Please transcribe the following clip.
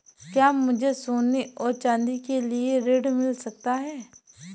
क्या मुझे सोने और चाँदी के लिए ऋण मिल सकता है?